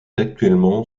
actuellement